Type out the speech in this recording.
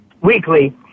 weekly